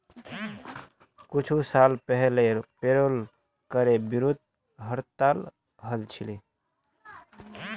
कुछू साल पहले पेरोल करे विरोधत हड़ताल हल छिले